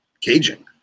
caging